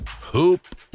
Hoop